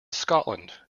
scotland